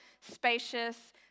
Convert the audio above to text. spacious